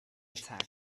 attack